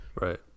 right